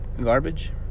garbage